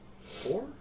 Four